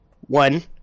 One